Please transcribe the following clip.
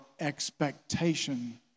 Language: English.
expectation